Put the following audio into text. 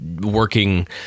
working